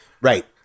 Right